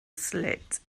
slit